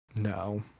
No